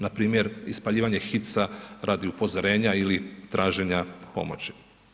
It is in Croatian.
Npr. ispaljivanje hica radi upozorenja ili traženja pomoći.